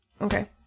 Okay